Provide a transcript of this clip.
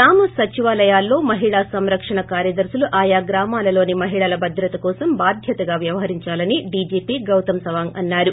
గ్రామ సచివాలయాల్లో మహిళా సంరక్షణ కార్యదర్పులు ఆయా గ్రామలలోని మహిళల భద్రత కోసం బాధ్యతగా వ్యవహరించాలని డీజీపీ గౌతమ్ సవాంగ్ అన్నారు